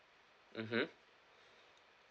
mmhmm